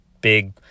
big